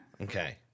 Okay